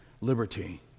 liberty